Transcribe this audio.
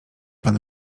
pan